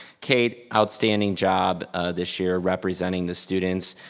kate, outstanding job this year representing the students,